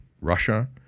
Russia